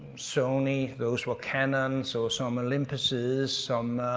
sony, those were canons or some olympuses, some